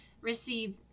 receive